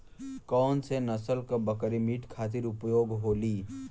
कौन से नसल क बकरी मीट खातिर उपयोग होली?